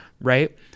Right